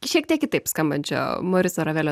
šiek tiek kitaip skambančio moriso ravelio